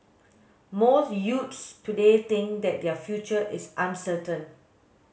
most youths today think that their future is uncertain